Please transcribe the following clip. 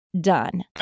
done